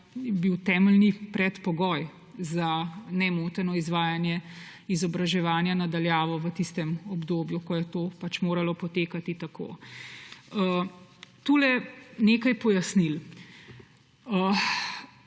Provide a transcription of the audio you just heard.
bila temeljni predpogoj za nemoteno izvajanje izobraževanja na daljavo v tistem obdobju, ko je to pač moralo potekati tako. Tule nekaj pojasnil.